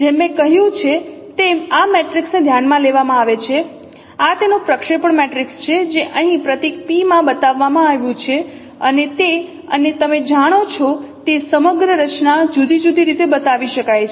જેમ મેં કહ્યું છે તેમ આ મેટ્રિક્સને ધ્યાનમાં લેવામાં આવે છે આ તેમનું પ્રક્ષેપણ મેટ્રિક્સ છે જે અહીં પ્રતીક P માં બતાવવામાં આવ્યું છે અને તે અને તમે જાણો છો તે સમગ્ર રચના જુદી જુદી રીતે બતાવી શકાય છે